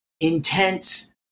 intense